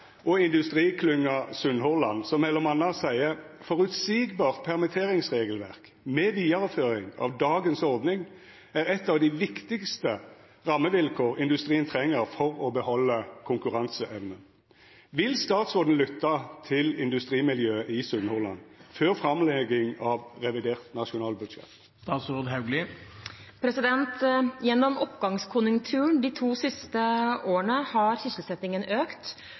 og industriklynga Sunnhordland, som mellom anna seier: «Forutsigbart permitteringsregelverk, med videreføring av dagens ordning, er et av de viktigste rammevilkår industrien trenger for å beholde konkurranseevnen.» Vil statsråden lytta til industrimiljøet i Sunnhordland, før framlegginga av revidert nasjonalbudsjett?» Gjennom oppgangskonjunkturen de to siste årene har sysselsettingen økt,